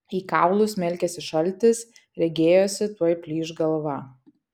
į kaulus smelkėsi šaltis regėjosi tuoj plyš galva